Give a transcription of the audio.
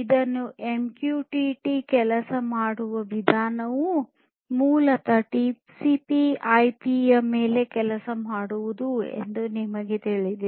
ಇದು ಎಂಕ್ಯೂಟಿಟಿ ಕೆಲಸ ಮಾಡುವ ವಿಧಾನವು ಮೂಲತಃ ಟಿಸಿಪಿಐಪಿTCPIP ಯ ಮೇಲೆ ಕೆಲಸ ಮಾಡುವುದು ಎಂದು ನಿಮಗೆ ತಿಳಿದಿದೆ